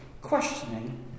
questioning